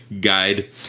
guide